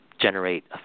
generate